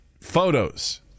photos